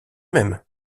même